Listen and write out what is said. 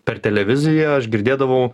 per televiziją aš girdėdavau